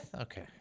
Okay